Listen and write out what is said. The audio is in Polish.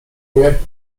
nie